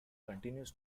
continues